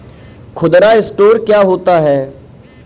खुदरा स्टोर क्या होता है?